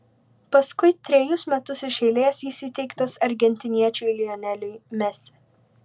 paskui trejus metus iš eilės jis įteiktas argentiniečiui lioneliui messi